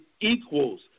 equals